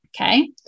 Okay